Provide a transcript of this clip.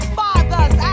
fathers